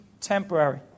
temporary